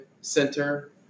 center